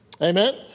Amen